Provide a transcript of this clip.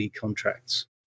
contracts